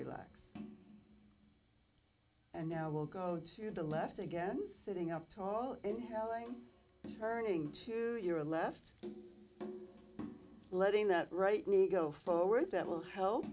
relax and now will go to the left again sitting up tall in howling turning to your left letting that right knee go forward that will help